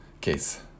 case